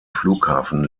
flughafen